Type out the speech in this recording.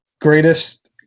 greatest